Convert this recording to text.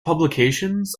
publications